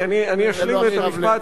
אני אשלים משפט,